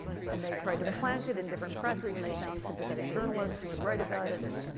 and they tried to plant it in different presses, and they found sympathetic journalists who would write about it. and and,